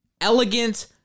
elegant